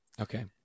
Okay